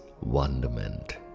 wonderment